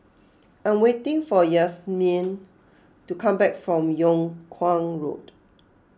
I am waiting for Yasmeen to come back from Yung Kuang Road